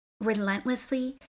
relentlessly